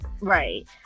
right